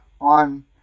on